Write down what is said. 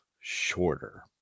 shorter